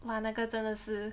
!wah! 那个真的是